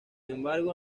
embargo